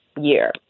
year